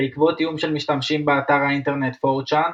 בעקבות תיאום של משתמשים באתר האינטרנט 4chan,